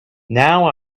now